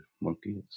monkeys